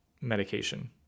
medication